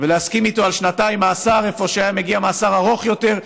ולהסכים איתו על שנתיים מאסר איפה שהיה מגיע מאסר ארוך יותר.